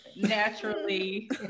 Naturally